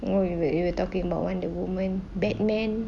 no we were we were talking about wonder woman batman